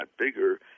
bigger